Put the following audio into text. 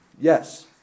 Yes